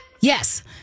Yes